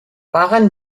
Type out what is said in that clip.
paguen